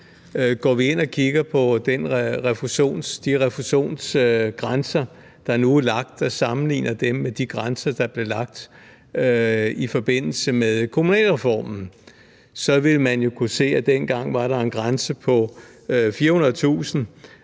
Går vi ind og kigger på de refusionsgrænser, der nu er lagt, og sammenligner dem med de grænser, der blev lagt i forbindelse med kommunalreformen, så vil man jo kunne se, at der dengang var en grænse på 400.000